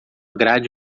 grade